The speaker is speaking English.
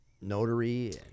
notary